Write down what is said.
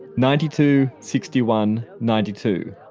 ninety two, sixty one, ninety two.